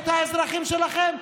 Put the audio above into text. את האזרחים שלכם,